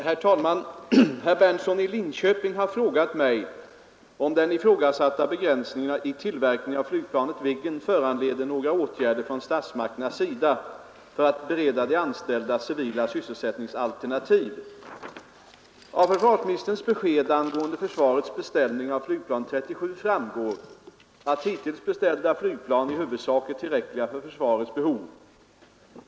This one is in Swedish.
Herr talman! Herr Berndtson har frågat mig, om den ifrågasatta begränsningen i tillverkningen av flygplanet Viggen föranleder några åtgärder från statsmakterna för att bereda de anställda civila sysselsättningsalternativ. Av försvarsministerns besked angående försvarets beställning av flygplan 37 framgår att hittills beställda flygplan i huvudsak är tillräckliga för försvarets behov.